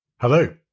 Hello